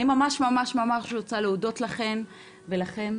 אני ממש, ממש רוצה להודות לכם ולכן.